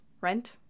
rent